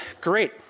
Great